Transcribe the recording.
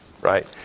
Right